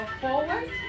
forward